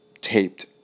taped